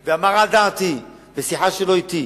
הוא ביקש, ואמר על דעתי, בשיחה שלו אתי,